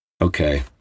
Okay